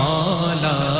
Mala